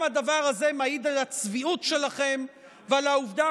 גם הדבר הזה מעיד על הצביעות שלכם ועל העובדה